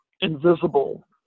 invisible